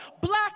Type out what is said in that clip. black